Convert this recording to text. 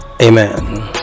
amen